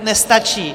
Nestačí.